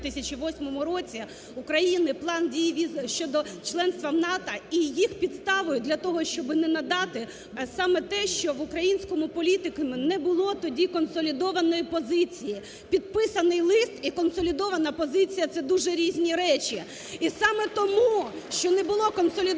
в 2008 році Україні План дій щодо членство в НАТО. І їх підставою для того, щоб не надати було саме те, що в українському політикумі не було тоді консолідованої позиції. Підписаний лист і консолідована позиція – це дуже різні речі. І саме тому, що не було консолідованої позиції